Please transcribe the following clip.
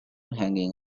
hanging